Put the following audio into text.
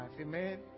Amen